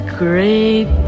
great